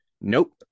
Nope